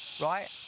right